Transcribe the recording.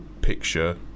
picture